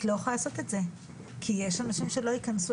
את לא יכולה לעשות את זה כי יש אנשים שלא ייכנסו